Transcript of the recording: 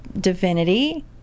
divinity